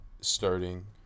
starting